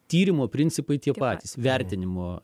tyrimo principai tie patys vertinimo